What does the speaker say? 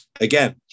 Again